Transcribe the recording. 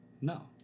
No